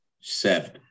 seven